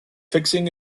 fixing